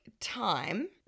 time